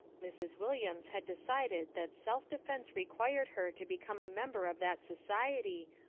mrs. williams had decided that self-defence required her to become a member of that society,